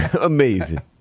Amazing